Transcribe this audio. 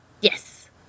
Yes